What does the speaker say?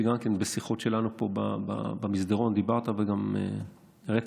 שגם בשיחות שלנו פה במסדרון דיברת וגם הראית